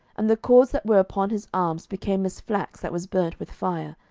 and the cords that were upon his arms became as flax that was burnt with fire,